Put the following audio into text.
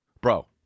bro